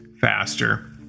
faster